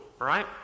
right